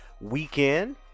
weekend